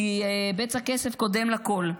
כי בצע כסף קודם לכול.